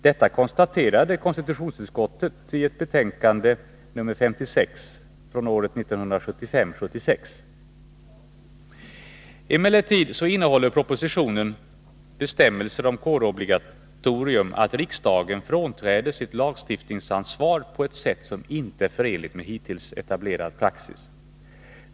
Detta konstaterade konstitutionsutskottet i sitt betänkande 1975/76:56. Emellertid innehåller propositionen bestämmelser om kårobligatorium som innebär att riksdagen frånträder sitt lagstiftningsansvar på ett sätt som inte är förenligt med hittills etablerad praxis.